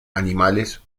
animales